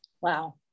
Wow